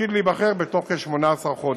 העתיד להיבחר בתוך כ-18 חודש.